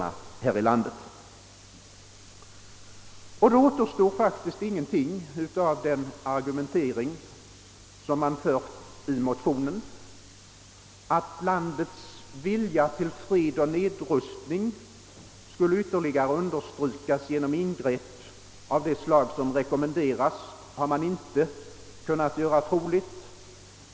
Då återstår faktiskt ingenting av den argumentering som har förts i motionen. Att Sveriges vilja till fred och nedrustning ytterligare skulle understrykas genom ingrepp av det slag som i motionen rekommenderas har man inte kunnat göra troligt.